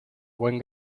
buen